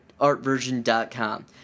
artversion.com